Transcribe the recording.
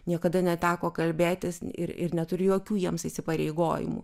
niekada neteko kalbėtis ir ir neturiu jokių jiems įsipareigojimų